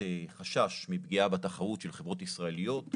חשש מפגיעה בתחרות של חברות ישראליות,